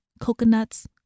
coconuts